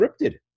scripted